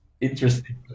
interesting